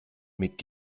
mit